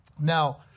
Now